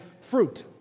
fruit